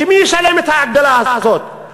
מי ישלם את ההגדלה הזאת?